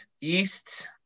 east